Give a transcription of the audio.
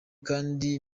kandi